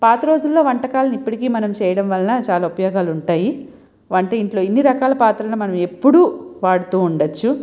పాత రోజుల్లో వంటకాలని ఇప్పటికీ మనం చెయ్యడం వలన చాలా ఉపయోగాలు ఉంటాయి వంట ఇంట్లో ఇన్ని రకాల పాత్రలు మనము ఎప్పుడూ వాడుతూ ఉండ వచ్చు